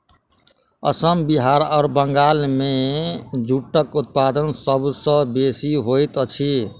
असम बिहार आ बंगाल मे जूटक उत्पादन सभ सॅ बेसी होइत अछि